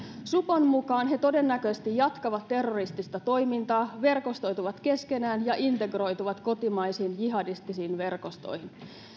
supon mukaan he todennäköisesti jatkavat terroristista toimintaa verkostoituvat keskenään ja integroituvat kotimaisiin jihadistisiin verkostoihin